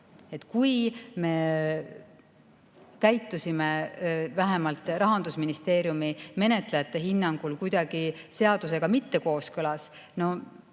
Kui me käitusime vähemalt Rahandusministeeriumi menetlejate hinnangul kuidagi seadusega mitte kooskõlas, siis